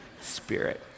spirit